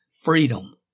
freedom